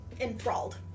enthralled